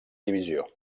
divisió